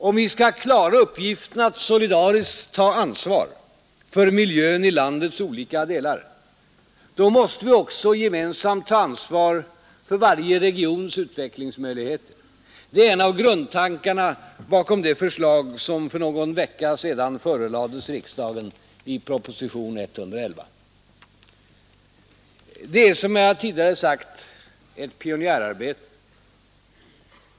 Om vi skall klara uppgiften att solidariskt ta ansvar för miljön i landets olika delar, då måste vi också gemensamt ta ansvaret för varje regions utvecklingsmöjligheter. Det är en av grundtankarna bakom de förslag som för någon vecka sedan förelades riksdagen i propositionen 111. Det är — som jag tidigare sagt — ett pionjärarbete.